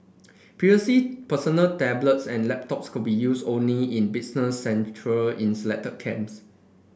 personal tablets and laptops could be used only in business centre in selected camps